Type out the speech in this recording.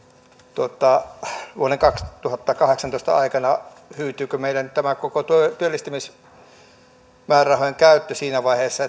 hyytyykö vuoden kaksituhattakahdeksantoista aikana tämä koko työllistämismäärärahojen käyttö siinä vaiheessa